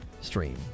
stream